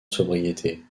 sobriété